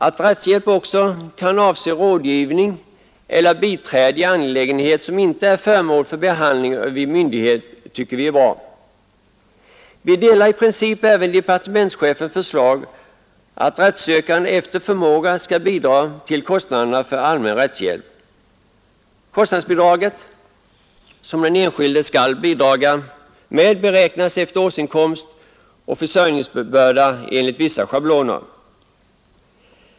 Att rättshjälp också kan avse rådgivning eller biträde i angelägenhet som inte är föremål för behandling vid myndighet tycker vi är bra. Vi ansluter oss i princip också till departementschefens förslag att den rättsökande efter förmåga skall bidra till kostnaderna för allmän rättshjälp. Kostnadsbidraget som den enskilde skall bidra med beräknas efter årsinkomst och försörjningsbörda enligt vissa schabloner.